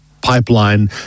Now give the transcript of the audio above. Pipeline